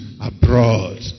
abroad